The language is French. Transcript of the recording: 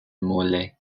morlaix